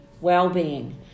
well-being